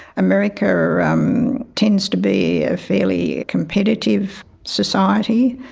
america um tends to be a fairly competitive society.